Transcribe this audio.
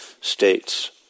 states